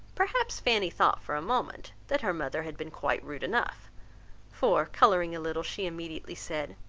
perhaps fanny thought for a moment that her mother had been quite rude enough for, colouring a little, she immediately said,